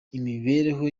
imibereho